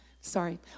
sorry